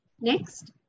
Next